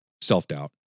self-doubt